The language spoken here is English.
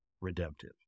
redemptive